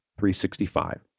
365